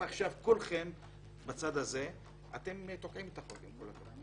כולכם בצד הזה תוקעים את החוק, עם כל הכבוד.